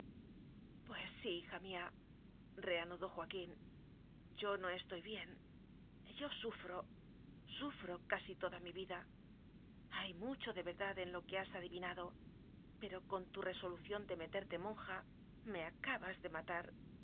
pues sí hija míareanudó joaquín yo no estoy bien yo sufro sufro casi toda mi udnj hay mucho de verdad en lo que has adi viñado pero con tu resolución de meterte monja me acabas de matar